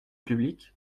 public